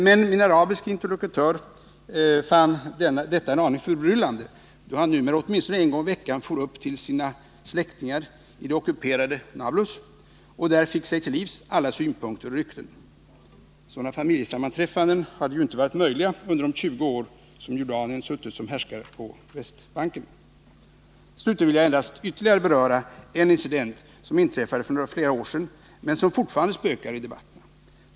Men min arabiske interlokutör fann detta en aning förbryllande, då han numera åtminstone en gång i veckan for upp till sina släktingar i det ockuperade Nablus och där fick sig till livs alla synpunkter och rykten. Sådana familjesammanträffanden hade ju inte varit möjliga under de 20 år som Jordanien suttit som härskare på Västbanken. Slutligen vill jag endast ytterligare beröra en incident som inträffade för flera år sedan men som fortfarande spökar i debatterna.